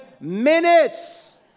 minutes